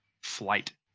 flight